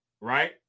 right